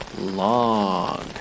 long